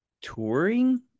touring